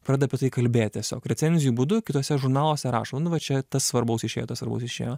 pradeda apie tai kalbėt tiesiog recenzijų būdu kituose žurnaluose rašo nu va čia tas svarbaus išėjo tas svarbaus išėjo